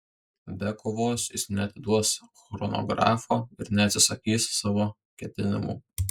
be kovos jis neatiduos chronografo ir neatsisakys savo ketinimų